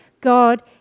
God